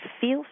feels